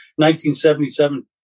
1977